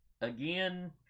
Again